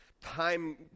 Time